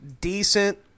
decent